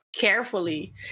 Carefully